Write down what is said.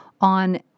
on